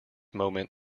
moment